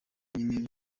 nyine